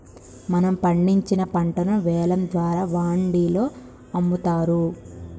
మనం పండించిన పంటను వేలం ద్వారా వాండిలో అమ్ముతారు